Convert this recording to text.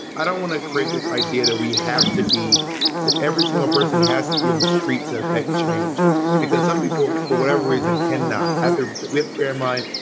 i don't want to create this idea that we have to be that every single person has to be in the street to affect change because some people, for whatever reason, cannot either. with our mind,